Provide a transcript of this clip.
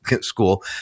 school